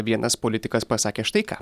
vienas politikas pasakė štai ką